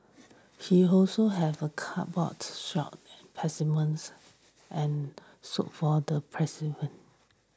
he also have a cupboard stocked specimens and soaked for the